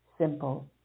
simple